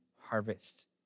harvest